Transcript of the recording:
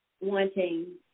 wanting